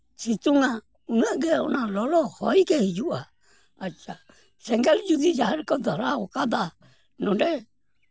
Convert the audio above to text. ᱥᱤᱛᱩᱝᱟ ᱩᱱᱟᱹᱜ ᱜᱮ ᱞᱚᱞᱚ ᱦᱚᱭ ᱜᱮ ᱦᱤᱡᱩᱜᱼᱟ ᱟᱪᱪᱷᱟ ᱥᱮᱸᱜᱮᱞ ᱡᱩᱫᱤ ᱡᱟᱦᱟᱸ ᱨᱮᱠᱚ ᱫᱷᱚᱨᱟᱣ ᱟᱠᱟᱫᱟ ᱱᱚᱰᱮ